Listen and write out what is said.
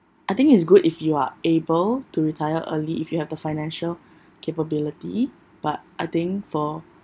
I think it's good if you are able to retire early if you have the financial capability but I think for